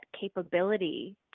capability